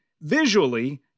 visually